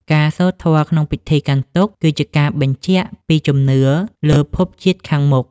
ការសូត្រធម៌ក្នុងពិធីកាន់ទុក្ខ គឺជាការបញ្ជាក់ពីជំនឿលើភពជាតិខាងមុខ។